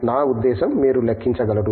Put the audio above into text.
నా ఉద్దేశ్యం మీరు లెక్కించగలరు